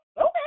okay